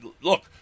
look